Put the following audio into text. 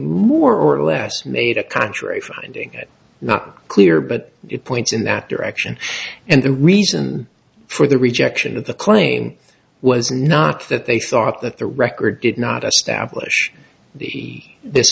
more or less made a contrary finding it not clear but it points in that direction and the reason for the rejection of the claim was not that they thought that the record did not establish th